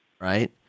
right